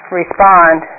respond